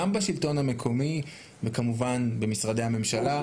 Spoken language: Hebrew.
גם בשלטון המקומי וכמובן במשרדי הממשלה.